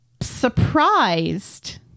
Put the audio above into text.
surprised